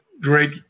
great